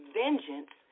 vengeance